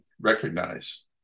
recognize